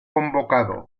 convocado